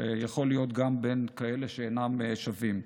שיכול להיות גם בין כאלה שאינם שווים.